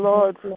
Lord